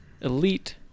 Elite